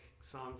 song